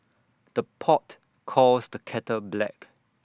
the pot calls the kettle black